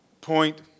point